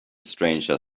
stranger